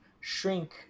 shrink